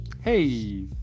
Hey